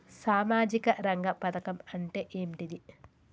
సామాజిక రంగ పథకం అంటే ఏంటిది?